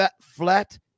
flat